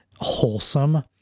wholesome